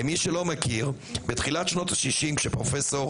למי שלא מכיר, בתחילת שנות ה-60', כשפרופ'